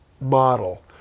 model –